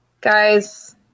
Guys